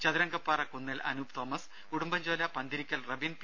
Chathurangappara Kunnel Anoop Thomas Udumbanchola Panthirikkal Robin P